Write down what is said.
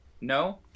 No